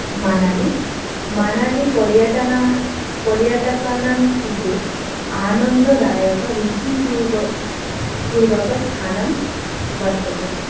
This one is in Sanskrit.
मनाली मनाली पर्यटना पर्यटकानां कृते आनन्ददायकरुचिपूर्व पूर्वकस्थानं वर्तते